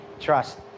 trust